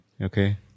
okay